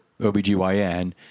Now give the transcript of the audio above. OBGYN